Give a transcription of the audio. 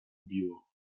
biło